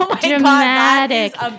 dramatic